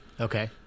Okay